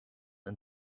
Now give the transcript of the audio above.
and